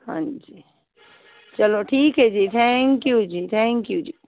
ਹਾਂਜੀ ਚਲੋ ਠੀਕ ਹੈ ਜੀ ਥੈਂਕ ਯੂ ਜੀ ਥੈਂਕ ਯੂ ਜੀ